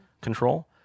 control